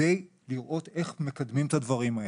כדי לראות איך מקדמים את הדברים האלה.